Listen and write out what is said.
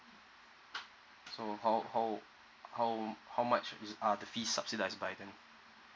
so how how how how much is are the fee subsidized by them